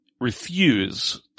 refuse –